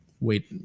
wait